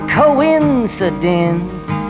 coincidence